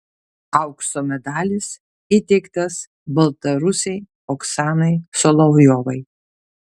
aukso medalis įteiktas baltarusei oksanai solovjovai